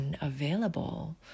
unavailable